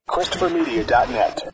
ChristopherMedia.net